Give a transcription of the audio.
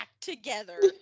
together